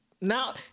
Now